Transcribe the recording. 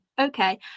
Okay